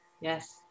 Yes